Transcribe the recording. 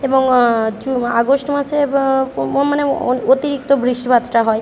এবং জু আগস্ট মাসে কম ওম মানে অ অন অতিরিক্ত বৃষ্টিপাতটা হয়